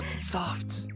soft